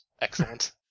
excellent